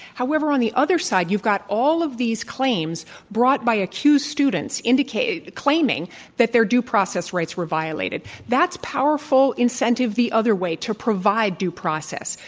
however, on the other side, you've got all of these claims brought by accused students indicate claiming that their due process rights were violated. that's powerful incentive the other way to provide due process.